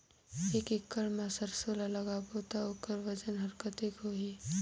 एक एकड़ मा सरसो ला लगाबो ता ओकर वजन हर कते होही?